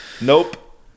Nope